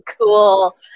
cool